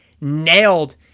nailed